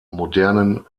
modernen